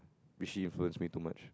which she influence me too much